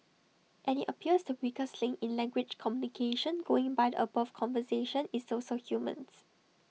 and IT appears to weakest link in language communication going by the above conversation is also humans